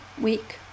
week